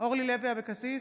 אורלי לוי אבקסיס,